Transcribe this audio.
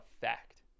fact